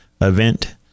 event